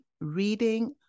reading